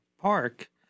Park